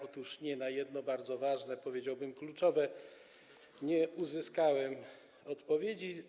Otóż nie, na jedno bardzo ważne pytanie, powiedziałbym: kluczowe, nie uzyskałem odpowiedzi.